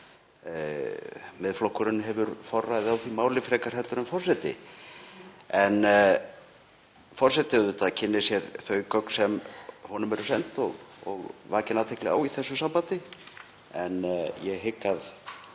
Miðflokkurinn hefur forræði á því máli frekar en forseti. Forseti mun auðvitað kynna sér þau gögn sem honum eru send og vakin athygli á í þessu sambandi. En ég hygg að